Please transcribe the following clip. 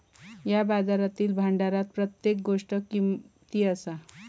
या बाजारातील भांडारात प्रत्येक गोष्ट किमती असा